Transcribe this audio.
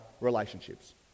relationships